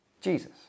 Jesus